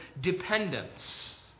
dependence